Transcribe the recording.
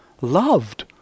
loved